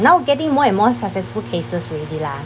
now getting more and more successful cases already lah